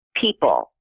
people